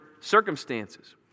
circumstances